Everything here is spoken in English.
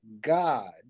God